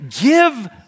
Give